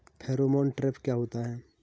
Pheromone trap क्या होता है?